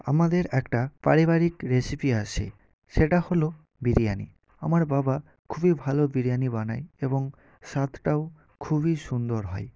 আমাদের একটা পারিবারিক রেসিপি আছে সেটা হলো বিরিয়ানি আমার বাবা খুবই ভালো বিরিয়ানি বানায় এবং স্বাদটাও খুবই সুন্দর হয়